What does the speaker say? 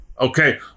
okay